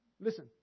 Listen